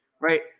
right